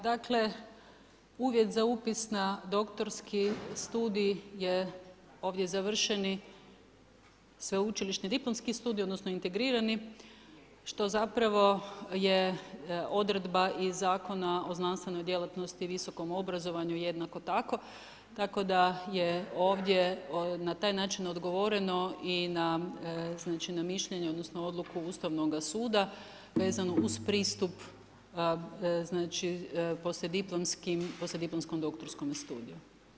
Dakle, uvjet na upis na doktorski studij je ovdje završeni sveučilišni diplomski studij, odnosno, integrirani, što zapravo je odredba iz Zakona o znanstvenoj djelatnosti i visokom obrazovanju, jednako tako, tako da je ovdje na taj način odgovoreno i na mišljenje, odnosno, Ustavnoga suda, vezano uz pristup, znači poslijediplomskome doktorskome studiju.